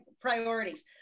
priorities